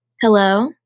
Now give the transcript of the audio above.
Hello